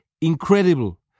incredible